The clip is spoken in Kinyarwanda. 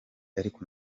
ariko